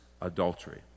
adultery